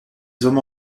hommes